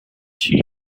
two